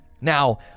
Now